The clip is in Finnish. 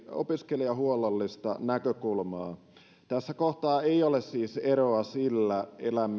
opiskelijahuollollista näkökulmaa tässä kohtaa ei ole siis eroa sillä